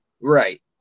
Right